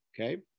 okay